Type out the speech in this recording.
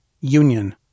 union